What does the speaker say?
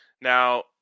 Now